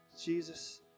Jesus